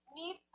need